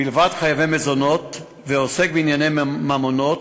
מלבד חייבי מזונות, ועוסק בענייני ממונות